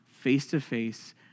face-to-face